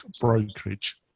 brokerage